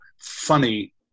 funny